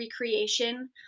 recreation